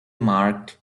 marked